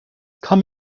come